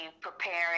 preparing